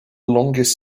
longest